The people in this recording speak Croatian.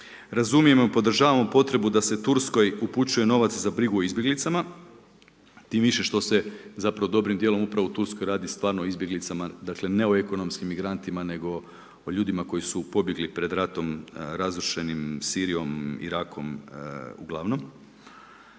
Razumijemo, podržavamo potrebu da se Turskoj upućuje novac za brigu o izbjeglicama, tim više što se zapravo dobrim dijelom upravo u Turskoj radi stvarno o izbjeglicama, dakle, ne o ekonomskim migrantima, nego o ljudima koji su pobjegli pred ratom razrušenim Sirijom, Irakom, uglavnom.